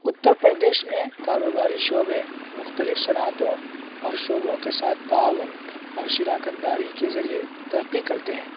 اتر پردیش میں کاروباری شعبے مختلف صنعتوں اور شعبوں کے ساتھ تعاون اور شراکت داری کے ذریعے ترقی کرتے ہیں